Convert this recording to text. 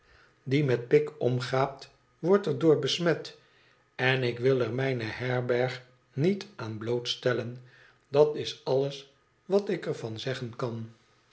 die met pik omgaat wordt er door besmet en ik wil er mijne herberg niet aan blootstellen dat is alles wat ik er van zeggen kan